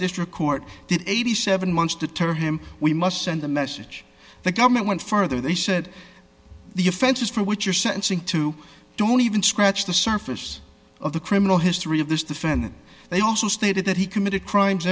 district court the eighty seven months to turn him we must send a message the government went further they said the offenses for which you're sentencing to don't even scratch the surface of the criminal history of this defendant they also stated that he committed crimes